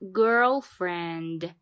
girlfriend 。